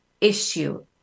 issue